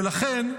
ולכן,